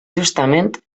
justament